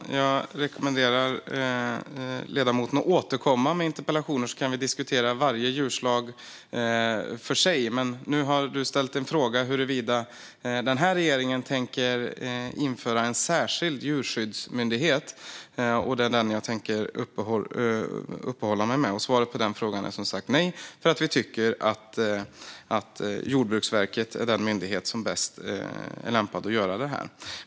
Herr talman! Jag rekommenderar ledamoten att återkomma med interpellationer så att vi kan diskutera varje djurslag för sig. Nu har du dock ställt frågan om den här regeringen tänker införa en särskild djurskyddsmyndighet, och det är den jag tänker uppehålla mig vid. Svaret på den frågan är som sagt nej, för vi tycker att Jordbruksverket är den myndighet som är bäst lämpad att göra detta.